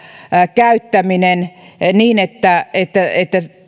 käyttäminen niin että että